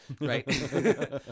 right